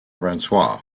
francois